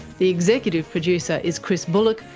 the executive producer is chris bullock,